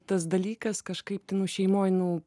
tas dalykas kažkaip tai nu šeimoj nu